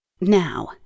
Now